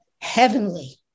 heavenly